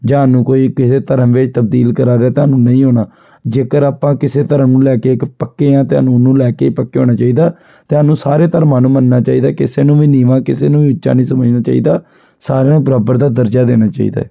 ਜਾਂ ਤੁਹਾਨੂੰ ਕੋਈ ਕਿਸੇ ਧਰਮ ਵਿੱਚ ਤਬਦੀਲ ਕਰਾ ਰਿਹਾ ਤੁਹਾਨੂੰ ਨਹੀਂ ਹੋਣਾ ਜੇਕਰ ਆਪਾਂ ਕਿਸੇ ਧਰਮ ਨੂੰ ਲੈ ਕੇ ਇੱਕ ਪੱਕੇ ਆ ਤੁਹਾਨੂੰ ਉਹਨੂੰ ਲੈ ਕੇ ਪੱਕੇ ਹੋਣਾ ਚਾਹੀਦਾ ਤੁਹਾਨੂੰ ਸਾਰੇ ਧਰਮਾਂ ਨੂੰ ਮੰਨਣਾ ਚਾਹੀਦਾ ਕਿਸੇ ਨੂੰ ਵੀ ਨੀਵਾਂ ਕਿਸੇ ਨੂੰ ਉੱਚਾ ਨਹੀਂ ਸਮਝਣਾ ਚਾਹੀਦਾ ਸਾਰਿਆਂ ਨੂੰ ਬਰਾਬਰ ਦਾ ਦਰਜਾ ਦੇਣਾ ਚਾਹੀਦਾ ਹੈ